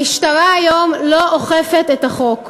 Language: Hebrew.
המשטרה היום לא אוכפת את החוק.